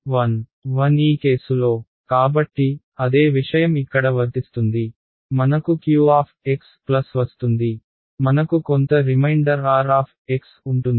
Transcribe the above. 1 ఈ కేసులో కాబట్టి అదే విషయం ఇక్కడ వర్తిస్తుంది మనకు q ప్లస్ వస్తుంది మనకు కొంత రిమైండర్ r ఉంటుంది